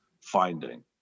finding